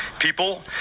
people